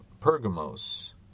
Pergamos